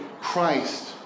Christ